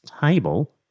table